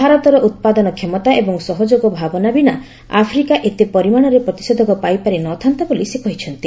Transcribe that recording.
ଭାରତର ଉତ୍ପାଦନ କ୍ଷମତା ଏବଂ ସହଯୋଗ ଭାବନା ବିନା ଆଫ୍ରିକା ଏତେ ପରିମାଣରେ ପ୍ରତିଷେଧକ ପାଇପାରି ନଥାନ୍ତା ବୋଲି ସେ କହିଛନ୍ତି